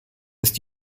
ist